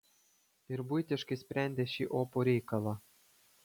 ir buitiškai sprendė šį opų reikalą